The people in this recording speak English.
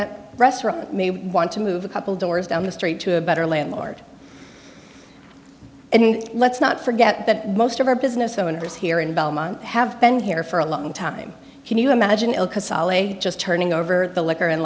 that restaurant may want to move a couple doors down the street to a better landmark and let's not forget that most of our business owners here in belmont have been here for a long time can you imagine just turning over the liquor and